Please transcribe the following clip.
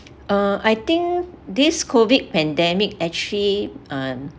uh I think this COVID pandemic actually um